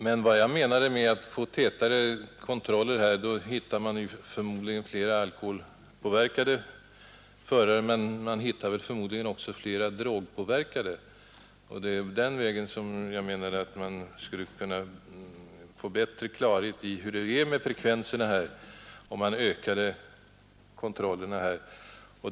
Men vad jag menade med vikten av täta poliskontroller var att då hittade man förmodligen flera alkoholpåverkade förare men också flera drogpåverkade. På den vägen skulle man då kunna få åtminstone någon bättre klarhet i frekvensen av drogpåverkade i trafiken.